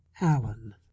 Allen